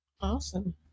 Awesome